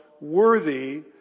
worthy